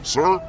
Sir